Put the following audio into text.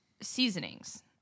Seasonings